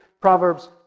Proverbs